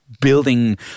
building